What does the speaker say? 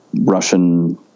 Russian